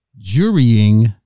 jurying